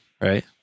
right